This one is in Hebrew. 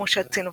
משה צינוביץ,